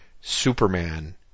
Superman